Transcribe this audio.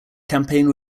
campaign